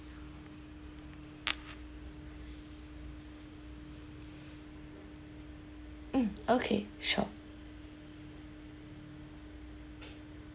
mm okay sure